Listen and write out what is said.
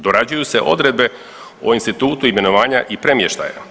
Dorađuju se odredbe o institutu imenovanja i premještaju.